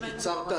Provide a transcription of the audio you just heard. תודה גם שקיצרת.